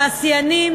תעשיינים,